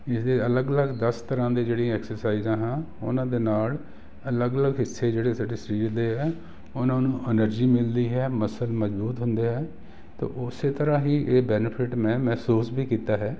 ਇਸ ਦੇ ਅਲੱਗ ਅਲੱਗ ਦਸ ਤਰ੍ਹਾਂ ਦੀਆਂ ਜਿਹੜੀਆਂ ਐਕਸਰਸਾਈਜ਼ਾਂ ਹਾਂ ਉਹਨਾਂ ਦੇ ਨਾਲ ਅਲੱਗ ਅਲੱਗ ਹਿੱਸੇ ਜਿਹੜੇ ਸਾਡੇ ਸਰੀਰ ਦੇ ਹੈ ਉਹਨਾਂ ਨੂੰ ਐਨਰਜੀ ਮਿਲਦੀ ਹੈ ਮਸਲ ਮਜ਼ਬੂਤ ਹੁੰਦੇ ਹੈ ਅਤੇ ਉਸੇ ਤਰ੍ਹਾਂ ਹੀ ਇਹ ਬੈਨੀਫਿਟ ਮੈਂ ਮਹਿਸੂਸ ਵੀ ਕੀਤਾ ਹੈ